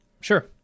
Sure